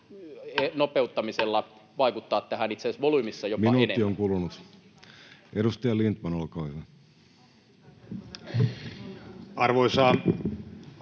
nopeuttamisella vaikuttaa tähän itse asiassa volyymissa jopa enemmän. Minuutti on kulunut. — Edustaja Lindtman, olkaa hyvä. Arvoisa